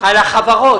על החברות.